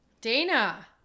Dana